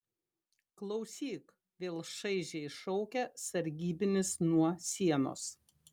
klausyk vėl šaižiai šaukia sargybinis nuo sienos